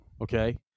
Okay